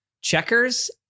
checkers